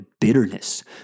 bitterness